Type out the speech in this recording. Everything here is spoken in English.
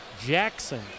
Jackson